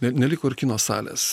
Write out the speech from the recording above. neliko ir kino salės